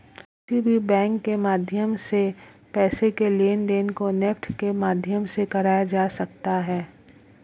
किसी भी बैंक के माध्यम से पैसे के लेनदेन को नेफ्ट के माध्यम से कराया जा सकता है